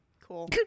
Cool